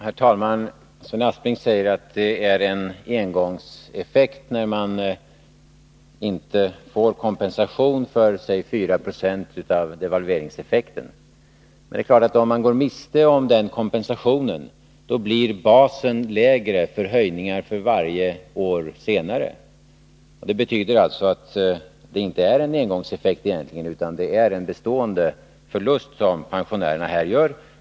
Herr talman! Sven Aspling säger att det blir en engångseffekt när man inte får kompensation för, låt oss säga, 4 20 av devalveringseffekten. Men om man går miste om den kompensationen är det klart att basen blir lägre för höjningar varje år senare. Det betyder alltså att det egentligen inte är en engångseffekt, utan att det är en bestående förlust som pensionärerna här gör.